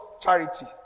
charity